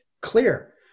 clear